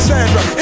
Sandra